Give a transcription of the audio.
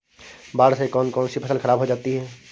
बाढ़ से कौन कौन सी फसल खराब हो जाती है?